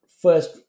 First